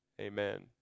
amen